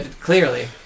Clearly